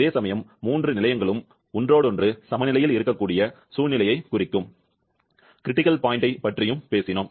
அதேசமயம் மூன்று நிலையின் ங்களும் ஒருவருக்கொருவர் சமநிலையில் இருக்கக்கூடிய சூழ்நிலையைக் குறிக்கும் மும்மடங்கு புள்ளியைப் பற்றியும் பேசினோம்